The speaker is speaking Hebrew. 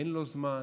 אין לו זמן?